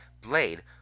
Blade